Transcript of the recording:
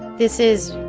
this is,